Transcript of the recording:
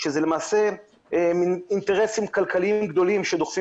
שאלה אינטרסים כלכליים גדולים שדוחפים